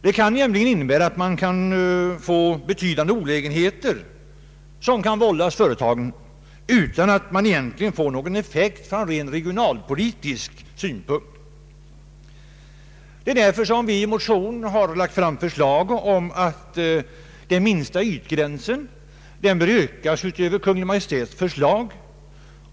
Den kan nämligen innebära betydande olägenheter för företagen utan att man egentligen får någon effekt ur rent regionalpolitisk synpunkt. Det är därför som vi i motion har lagt fram förslag om att minsta ytgränsen bör ökas utöver Kungl. Maj:ts förslag.